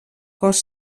cos